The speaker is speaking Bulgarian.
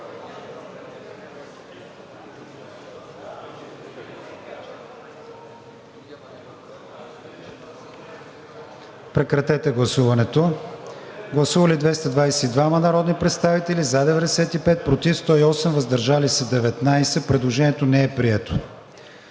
режим на гласуване. Гласували 224 народни представители: за 89, против 128, въздържали се 7. Предложението не е прието.